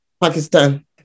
Pakistan